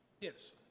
Yes